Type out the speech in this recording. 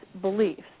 beliefs